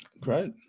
Great